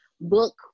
Book